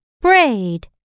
braid